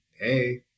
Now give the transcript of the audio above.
hey